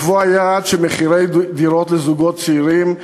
לקבוע יעד שמחירי הדירות לזוגות צעירים,